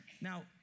Now